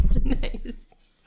Nice